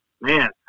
man